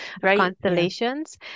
constellations